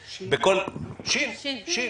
טובים.